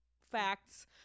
facts